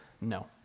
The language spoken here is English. no